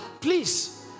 Please